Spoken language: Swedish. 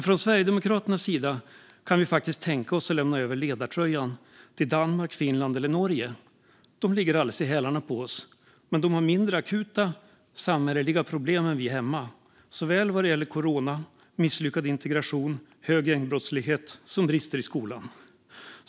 Från Sverigedemokraternas sida kan vi dock faktiskt tänka oss att lämna över ledartröjan till Danmark, Finland eller Norge. De ligger alldeles i hälarna på oss, men de har mindre akuta samhälleliga problem än vi här hemma vad gäller såväl corona, misslyckad integration och hög gängbrottslighet som brister i skolan.